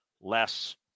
less